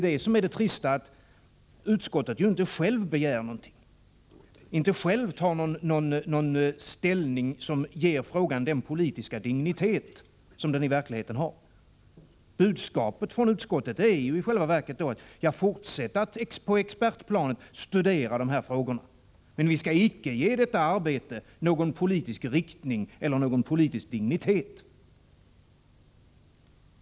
Det trista är att utskottet inte självt begär någonting, inte självt tar någon ställning som ger frågan den politiska dignitet som den i verkligheten har. Budskapet från utskottet är i själva verket: Fortsätt att på expertplanet studera de här frågorna, men vi skall icke ge detta arbete någon politisk riktning eller någon politisk dignitet.